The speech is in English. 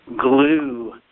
glue